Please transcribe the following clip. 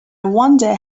wonder